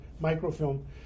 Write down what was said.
microfilm